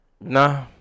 Nah